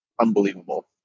unbelievable